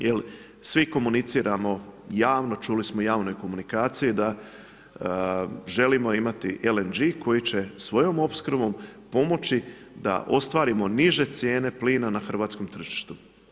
Jer svi komuniciramo javno, čuli smo i u javnoj komunikaciji da želimo imati LNG koji će svojom opskrbom pomoći da ostvarimo niže cijene plina na hrvatskom tržištu.